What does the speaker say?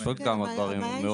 יש עוד כמה דברים מאוד בסיסיים.